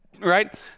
right